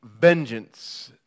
vengeance